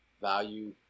value